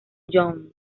young